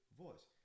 voice